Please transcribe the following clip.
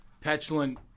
petulant